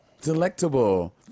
delectable